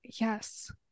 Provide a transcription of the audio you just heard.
yes